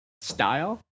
style